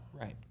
right